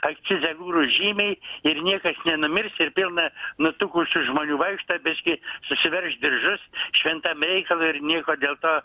akcizą gurui žymiai ir niekas nenumirs ir pilna nutukusių žmonių vaikšto biškį susiverš diržus šventam reikalui ir nieko dėl to